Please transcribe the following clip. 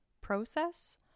process